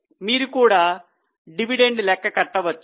మీరు కూడా డివిడెండ్ లెక్క కట్టవచ్చు